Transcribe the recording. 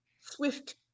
swift